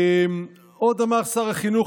עוד אמר שר החינוך,